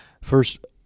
first